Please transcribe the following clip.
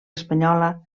espanyola